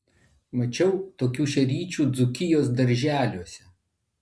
mačiau tokių šeryčių dzūkijos darželiuose